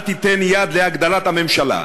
אל תיתן יד להגדלת הממשלה,